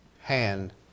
hand